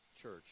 church